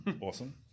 awesome